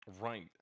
Right